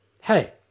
Hey